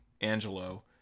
Angelo